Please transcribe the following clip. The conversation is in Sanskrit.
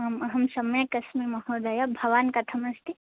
आम् अहं सम्यकस्मि महोदय भवान् कथमस्ति